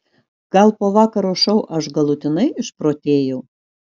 gal po vakaro šou aš galutinai išprotėjau